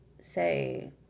say